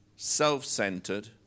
self-centered